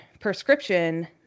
prescription